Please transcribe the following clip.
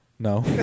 No